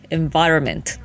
environment